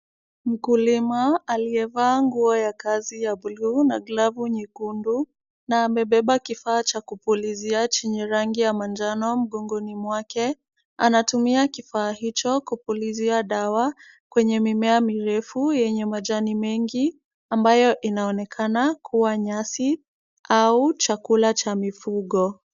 Mkulima aliyevaa nguo ya kazi ya buluu na glavu nyekundu na amebeba kifaa cha kupulizia chenye rangi ya manjano mgongoni mwake. Anatumia kifaa hicho kupulizia dawa kwenye mimea mirefu yenye majani mengi, ambayo inaonekana kuwa nyasi au chakula cha mifugo.